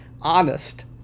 honest